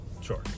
sure